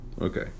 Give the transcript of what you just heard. Okay